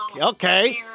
okay